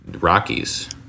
Rockies